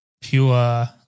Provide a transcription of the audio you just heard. pure